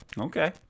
Okay